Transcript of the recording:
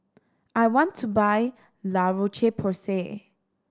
I want to buy La Roche Porsay